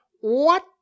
What